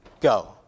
go